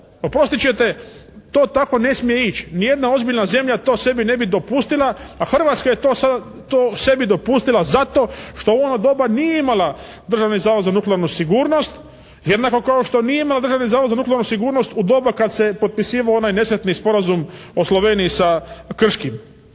Oprostit ćete, to tako ne smije ići. Ni jedna ozbiljna zemlja to sebi ne bi dopustila, a Hrvatska je to sebi dopustila zato što u ono doba nije imala Državni zavod za nuklearnu sigurnost jednako kao što nije imala Državni zavod za nuklearnu sigurnost u doba kad se potpisivao onaj nesretni sporazum o Sloveniji sa Krškim.